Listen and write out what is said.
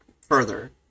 further